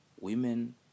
women